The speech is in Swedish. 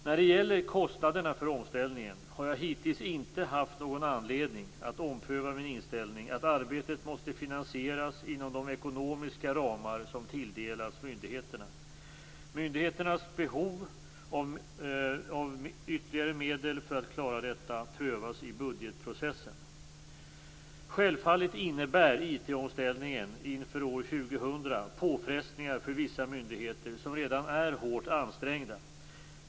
När det gäller kostnaderna för omställningen har jag hittills inte haft någon anledning att ompröva min inställning att arbetet måste finansieras inom de ekonomiska ramar som tilldelats myndigheterna. Myndigheternas behov av ytterligare medel för att klara detta prövas i budgetprocessen. Självfallet innebär IT-omställningen inför år 2000 påfrestningar för vissa myndigheter som redan är hårt ansträngda.